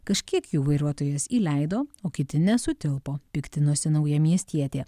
kažkiek jų vairuotojas įleido o kiti nesutilpo piktinosi naujamiestietė